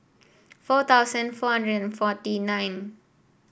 four thousand four hundred and forty nine